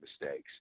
mistakes